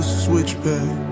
switchback